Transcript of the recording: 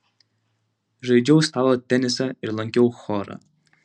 žaidžiau stalo tenisą ir lankiau chorą